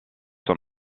son